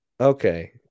Okay